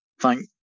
thank